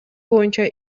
боюнча